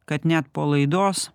kad net po laidos